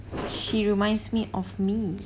she reminds me of me